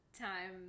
time